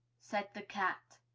said the cat.